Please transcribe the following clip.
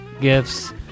gifts